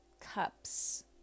Cups